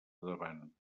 davant